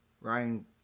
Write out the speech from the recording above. Ryan